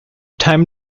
time